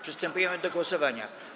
Przystępujemy do głosowania.